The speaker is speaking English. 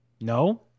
no